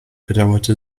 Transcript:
bedauerte